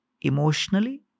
emotionally